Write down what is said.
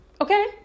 Okay